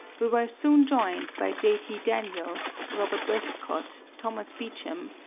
we were soon joined by j. t. daniels, robert westcott, thomas beachem,